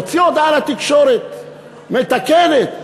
הוא הוציא לתקשורת הודעה מתקנת.